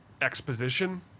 exposition